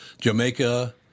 Jamaica